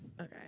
Okay